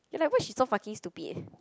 you're like why she's so fucking stupid